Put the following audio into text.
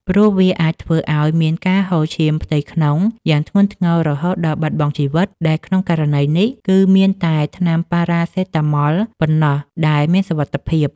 ព្រោះវាអាចធ្វើឱ្យមានការហូរឈាមផ្ទៃក្នុងយ៉ាងធ្ងន់ធ្ងររហូតដល់បាត់បង់ជីវិត ដែលក្នុងករណីនេះ គឺមានតែថ្នាំប៉ារ៉ាសេតាមុលប៉ុណ្ណោះដែលមានសុវត្ថិភាព។